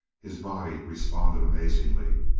his body responded amazingly.